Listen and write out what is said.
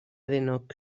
denok